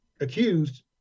accused